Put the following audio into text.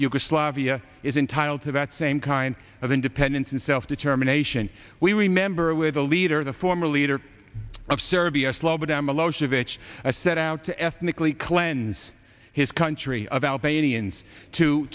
yugoslavia is entitled to that same kind of independence and self determination we remember with the leader the former leader of serbia slobodan milosevic a set out to ethnically cleanse his country of albanians to